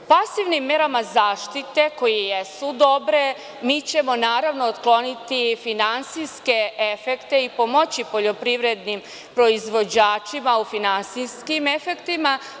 Pasivnim merama zaštite koje jesu dobre, mi ćemo naravno otkloniti finansijske efekte i pomoći poljoprivrednim proizvođačima u finansijskim efektima.